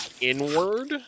inward